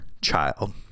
child